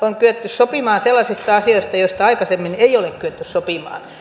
on kyetty sopimaan sellaisista asioista joista aikaisemmin ei ole kyetty sopimaan